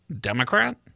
Democrat